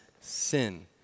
sin